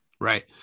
right